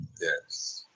Yes